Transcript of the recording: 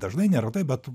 dažnai neretai bet